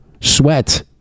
sweat